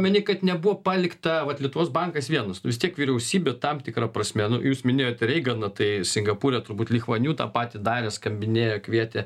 mini kad nebuvo palikta vat lietuvos bankas vienas nu vis tiek vyriausybė tam tikra prasme nu jūs minėjote reiganą tai singapūre turbūt li chvan ju tą patį darė skambinėjo kvietė